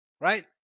right